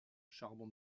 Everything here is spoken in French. charbon